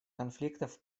конфликтов